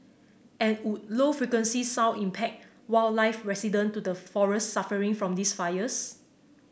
and would low frequency sound impact wildlife resident to the forests suffering from these fires